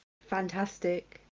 fantastic